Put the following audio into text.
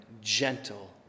gentle